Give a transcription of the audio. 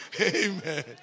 Amen